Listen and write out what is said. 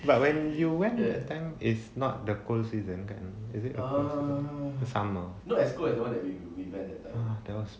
but when you went that time it's not the cold season kind of is it summer !hais! that was